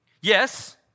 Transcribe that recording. Yes